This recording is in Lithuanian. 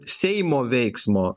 seimo veiksmo